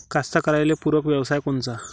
कास्तकाराइले पूरक व्यवसाय कोनचा?